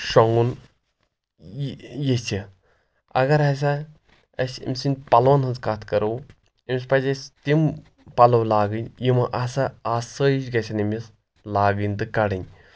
شۄنٛگُن یژھِ اگر ہَسا أسۍ أمۍ سٕنٛدۍ پَلوَن ہٕنٛز کَتھ کَرو أمِس پَزِ اَسہِ تِم پَلو لاگٕنۍ یِمو آسا آسٲیش گژھان أمِس لاگٕنۍ تہٕ کَڑٕنۍ